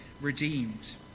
redeemed